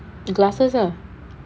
glasses lah